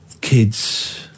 kids